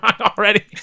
already